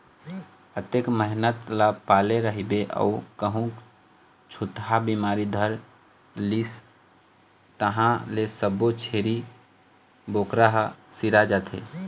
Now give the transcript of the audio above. अतेक मेहनत ल पाले रहिबे अउ कहूँ छूतहा बिमारी धर लिस तहाँ ले सब्बो छेरी बोकरा ह सिरा जाथे